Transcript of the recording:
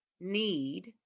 need